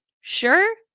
sure